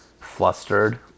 flustered